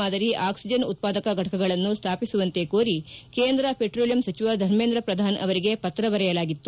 ಮಾದರಿ ಆಕ್ಷಿಜನ್ ಉತ್ಪಾದಕ ಫಟಕಗಳನ್ನು ಸ್ಥಾಪಿಸುವಂತೆ ಕೋರಿ ಕೇಂದ್ರ ಪೆಟ್ರೋಲಿಯಂ ಸಚಿವ ಧರ್ಮೇಂದ್ರ ಪ್ರಧಾನ್ ಅವರಿಗೆ ಪತ್ರ ಬರೆಯಲಾಗಿತ್ತು